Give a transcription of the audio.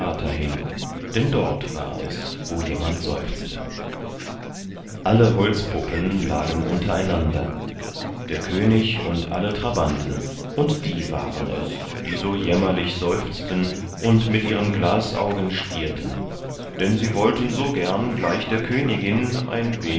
denn dort war es wo jemand seufzte alle holzpuppen lagen unter einander der könig und alle trabanten und die waren es die so jämmerlich seufzten und mit ihren glasaugen stierten denn sie wollten so gern gleich der königin ein